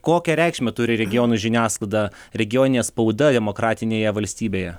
kokią reikšmę turi regionų žiniasklaida regioninė spauda demokratinėje valstybėje